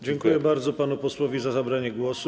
Dziękuję bardzo panu posłowi za zabranie głosu.